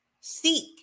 seek